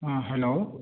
ہاں ہیلو